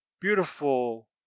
beautiful